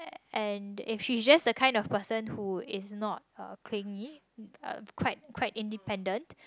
and if she just the kind of person who is not uh clingy uh quite quite independent